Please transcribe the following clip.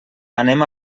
anem